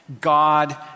God